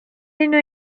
اینو